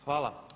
Hvala.